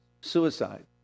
suicide